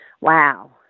wow